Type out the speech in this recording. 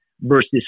versus